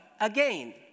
again